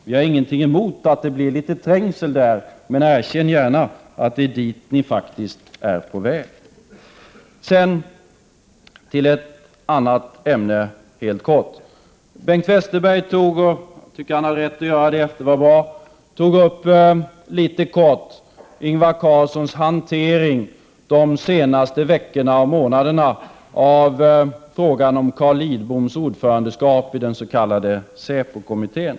Vi har ingenting emot att det blir litet trängsel där, men erkänn gärna att det är dit som ni faktiskt är på väg. Jag vill därefter kortfattat beröra ett annat ämne. Bengt Westerberg tog upp Ingvar Carlssons hantering under de senaste veckorna och månaderna av frågan om Carl Lidboms ordförandeskap i den s.k. SÄPO-kommittén.